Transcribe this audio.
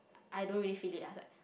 I don't really fit it I was like